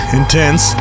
intense